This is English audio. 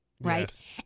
right